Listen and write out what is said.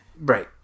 Right